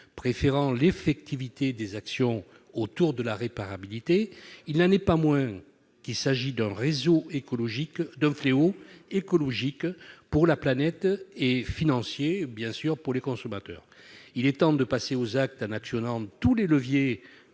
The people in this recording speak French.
préférant l'effectivité des actions visant à promouvoir la réparabilité, il n'en reste pas moins qu'il s'agit là d'un fléau écologique pour la planète et financier pour les consommateurs. Il est temps de passer aux actes en actionnant tous les leviers